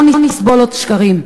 לא נסבול עוד שקרים.